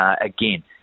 again